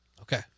Okay